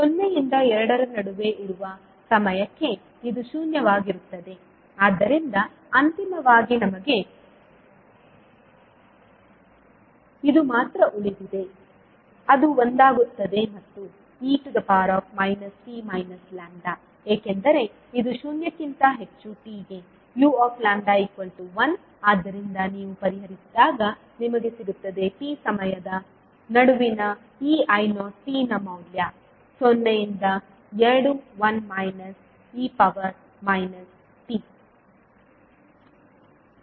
ಸೊನ್ನೆಯಿಂದ ಎರಡರ ನಡುವೆ ಇರುವ ಸಮಯಕ್ಕೆ ಇದು ಶೂನ್ಯವಾಗಿರುತ್ತದೆ ಆದ್ದರಿಂದ ಅಂತಿಮವಾಗಿ ನಮಗೆ ಇದು ಮಾತ್ರ ಉಳಿದಿದೆ ಅದು ಒಂದಾಗುತ್ತದೆ ಮತ್ತು e t ಏಕೆಂದರೆ ಇದು ಶೂನ್ಯಕ್ಕಿಂತ ಹೆಚ್ಚು t ಗೆ u1 ಆದ್ದರಿಂದ ನೀವು ಪರಿಹರಿಸಿದಾಗ ನಿಮಗೆ ಸಿಗುತ್ತದೆ t ಸಮಯದ ನಡುವಿನ ಈ i0 t ನ ಮೌಲ್ಯ ಸೊನ್ನೆಯಿಂದ ಎರಡು 1 e t